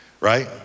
right